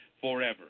forever